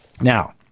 Now